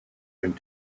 and